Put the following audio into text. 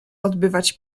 odbywać